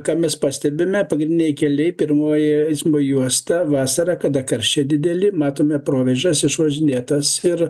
ką mes pastebime pagrindiniai keliai pirmoji eismo juosta vasarą kada karščiai dideli matome provėžas išvažinėtas ir